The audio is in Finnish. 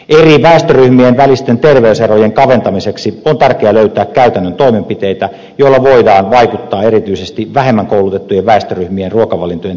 eri väestöryhmien välisten terveyserojen kaventamiseksi on tärkeää löytää käytännön toimenpiteitä joilla voidaan vaikuttaa erityisesti vähemmän koulutettujen väestöryhmien ruokavalintojen terveellisyyteen